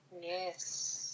Yes